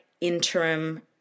interim